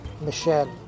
Michelle